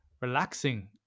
relaxing